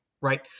right